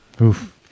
Oof